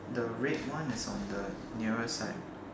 the red one is on the nearest side